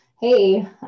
Hey